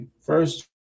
First